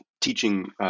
teaching